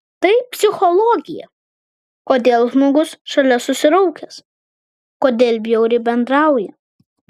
tai psichologija kodėl žmogus šalia susiraukęs kodėl bjauriai bendrauja